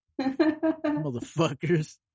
Motherfuckers